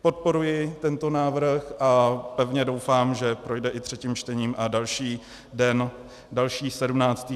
Podporuji tento návrh a pevně doufám, že projde i třetím čtením a další den, další 17.